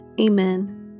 Amen